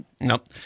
Nope